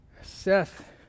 Seth